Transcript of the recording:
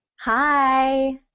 Hi